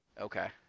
Okay